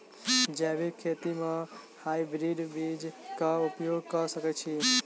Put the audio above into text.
जैविक खेती म हायब्रिडस बीज कऽ उपयोग कऽ सकैय छी?